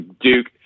Duke